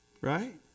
Right